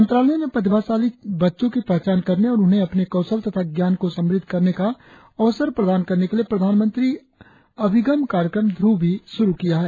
मंत्रालय ने प्रतिभाशाली बच्चों की पहचान करने और उन्हें अपने कौशल तथा ज्ञान को समृद्ध करने का अवसर प्रदान करने के लिए प्रधानमंत्री अभिगम कार्यक्रम ध्रुव भी शुरु किया है